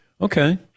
Okay